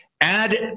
add